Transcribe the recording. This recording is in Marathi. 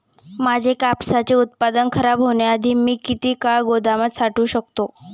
माझे कापसाचे उत्पादन खराब होण्याआधी मी किती काळ गोदामात साठवू शकतो?